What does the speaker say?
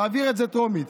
תעביר את זה טרומית.